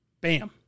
bam